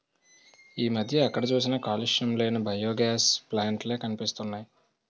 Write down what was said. ఈ మధ్య ఎక్కడ చూసినా కాలుష్యం లేని బయోగాస్ ప్లాంట్ లే కనిపిస్తున్నాయ్